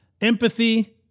empathy